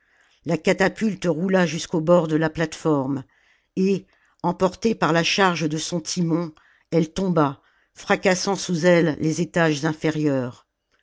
la catapulte roula jusqu'au bord de la plate-forme et emportée par la charge de son timon elle tomba fracassant sous elle les étages inférieurs